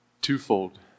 twofold